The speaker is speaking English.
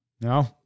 No